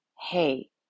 hey